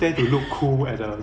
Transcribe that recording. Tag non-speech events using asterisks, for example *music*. *laughs*